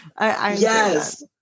Yes